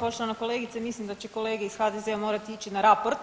Poštovana kolegice, mislim da će kolege iz HDZ-a morati ići na raport